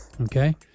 Okay